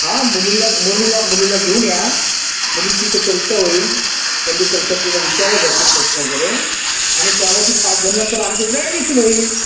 हा मुलीला मुलीला मुलीला घेऊन या मुलीची तर परीक्षा होईल तोंडी परीक्षा तिला विचारला जातील प्रश्न वगैरे आणि त्यावर ती पास झाल्यानंतर आमच्या इकडे ॲडमिशन होईल